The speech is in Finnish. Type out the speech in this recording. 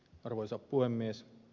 arvoisa puhemies